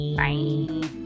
bye